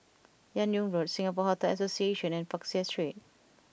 Fan Yoong Road Singapore Hotel Association and Peck Seah Street